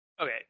Okay